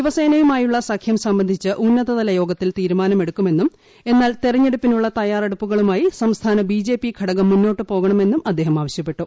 ശിവസേനയുമായുള്ള സഖ്യം സംബന്ധിച്ച് ഉന്നതതലയോഗത്തിൽ തീരുമാനം എടുക്കുമെന്നും എന്നാൽ തെരഞ്ഞെടുപ്പിനുള്ള തയ്യാറെടുപ്പുകളുമായി സംസ്ഥാന ബി ജെ പി ഘടകം മുന്നോട്ട് പോകണമെന്നും അദ്ദേഹം ആവശ്യപ്പെട്ടു